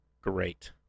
great